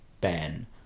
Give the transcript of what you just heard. Ben